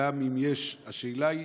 גם אם יש, השאלה היא,